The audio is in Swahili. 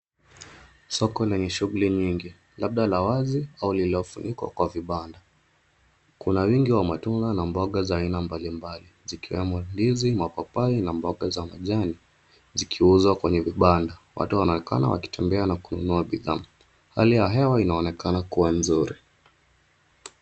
Soko lenye shughuli nyingi labda la wazi au lililofunikwa kwa vibanda. Kuna wingi wa matunda na mboga za aina mbalimbali zikiwemo ndizi, mapapai na mboga za majani zikiuzwa kwenye vibanda. Watu wanaonekana wakitembea na kununua bidhaa. Hali ya hewa inaonekana kuwa nzuri.